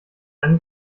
eine